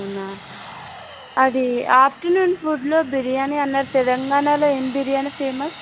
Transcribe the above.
అవునా అది ఆఫ్టర్నూన్ ఫుడ్లో బిర్యానీ అన్నారు తెలంగాణలో ఏమి బిర్యానీ ఫేమస్